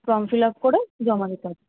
form fill up করে জমা দিতে হবে